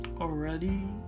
already